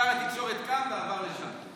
שר התקשורת קם ועבר לשם.